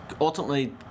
ultimately